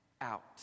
out